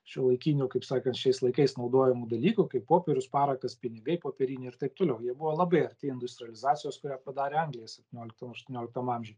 šiuolaikinių kaip sakant šiais laikais naudojamų dalykų kaip popierius parakas pinigai popieriniai ir taip toliau jie buvo labai arti industrializacijos kurią padarė anglija septynioliktam aštuonioliktam amžiuj